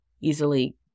easily